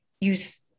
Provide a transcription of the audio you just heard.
use